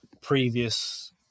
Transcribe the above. previous